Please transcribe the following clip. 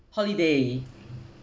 holiday